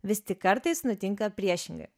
vis tik kartais nutinka priešingai